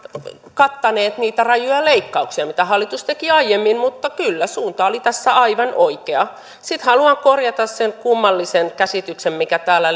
kattaneet niitä rajuja leikkauksia mitä hallitus teki aiemmin mutta kyllä suunta oli tässä aivan oikea sitten haluan korjata sen kummallisen käsityksen mikä täällä